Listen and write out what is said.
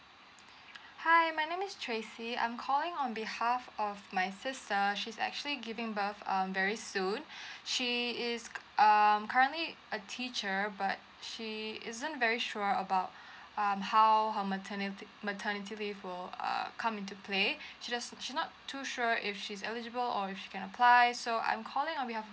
hi my name is tracey I'm calling on behalf of my sister she's actually giving birth um very soon she is um currently a teacher but she isn't very sure about um how her maternity maternity leave will uh come into play she just she not too sure if she's eligible or if she can apply so I'm calling on behalf